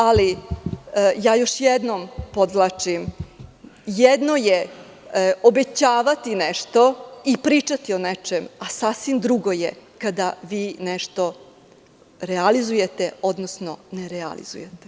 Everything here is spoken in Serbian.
Ali, još jednom podvlačim, jedno je obećavati nešto i pričati o nečemu, a sasvim drugo je kada vi nešto realizujete, odnosno ne realizujete.